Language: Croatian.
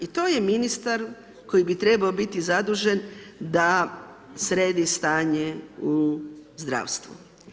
I to je ministar koji bi trebao biti zadužen da sredi stanje u zdravstvu.